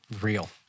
Real